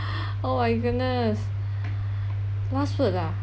oh my goodness last word ah